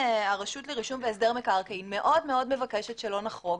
הרשות לרישום והסדר מקרקעין מאוד מבקשת שלא נחרוג,